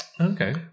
Okay